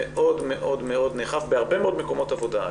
מאוד נאכף בהרבה מאוד מקומות עבודה.